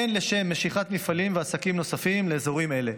הן לשם משיכת מפעלים ועסקים נוספים לאזורים אלה.